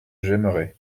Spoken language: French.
j’aimerais